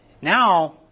now